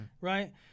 Right